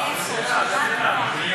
איפה, שאלה טובה.